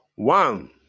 One